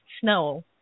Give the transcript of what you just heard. snow